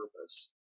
purpose